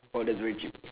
!wow! that's very cheap